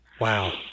Wow